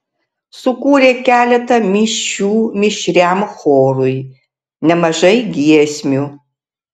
sukūrė keletą mišių mišriam chorui nemažai giesmių